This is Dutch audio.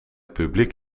publiek